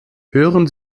hören